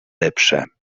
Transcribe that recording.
lepsze